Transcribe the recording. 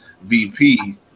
VP